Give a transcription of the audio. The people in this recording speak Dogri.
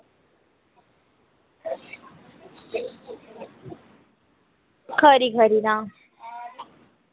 खरी खरी तां